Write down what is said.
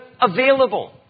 available